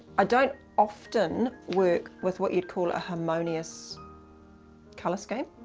i don't often work with what you'd call a harmonious color scheme.